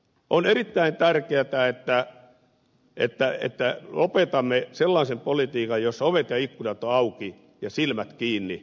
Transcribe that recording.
on erittäin tärkeätä että lopetamme sellaisen politiikan jossa ovet ja ikkunat ovat auki ja silmät kiinni